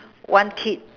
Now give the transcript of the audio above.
one kid